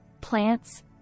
plants